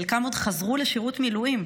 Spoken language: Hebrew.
חלקם עוד חזרו לשירות מילואים.